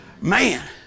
Man